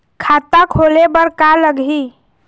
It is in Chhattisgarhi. खाता खोले बर का का लगही?